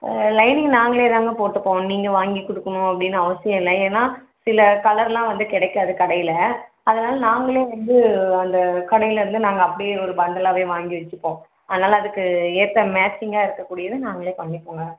lining நாங்களே தாங்க போட்டுப்போம் நீங்கள் வாங்கி கொடுக்கணும் அப்படின்னு அவசியம் இல்லை ஏன்னா சில கலர்லாம் வந்து கிடைக்காது கடையில அதனால் நாங்களே வந்து அந்த கடையிலருந்து நாங்கள் அப்படியே ஒரு பண்டலாகவே வாங்கி வச்சிப்போம் அதனால் அதுக்கு ஏற்ற மேட்சிங்காக இருக்கக்கூடியது நாங்களே பண்ணிப்போங்க